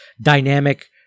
dynamic